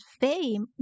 fame